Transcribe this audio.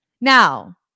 Now